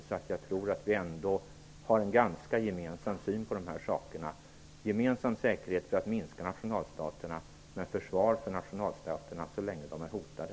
Därför tror jag att vi ändå har en ganska gemensam syn på de här sakerna: gemensam säkerhet för att minska nationalstaterna, men försvar för nationalstaterna så länge de är hotade.